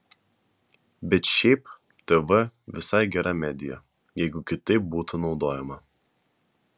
bet šiaip tv visai gera medija jeigu kitaip būtų naudojama